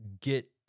get